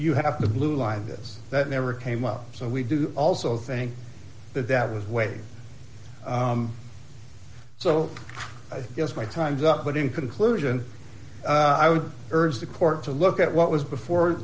you have the blueline this that never came up so we do also think that that was waived so i guess my time's up but in conclusion i would urge the court to look at what was before